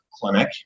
clinic